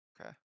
okay